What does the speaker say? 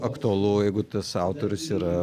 aktualu jeigu tas autorius yra